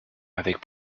avec